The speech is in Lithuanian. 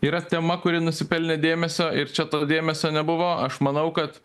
yra tema kuri nusipelnė dėmesio ir čia to dėmesio nebuvo aš manau kad